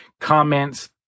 comments